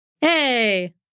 Hey